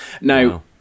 Now